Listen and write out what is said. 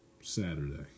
Saturday